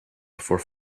before